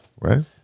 right